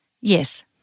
Yes